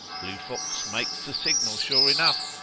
bluphocks makes the signal sure enough!